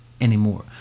anymore